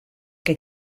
que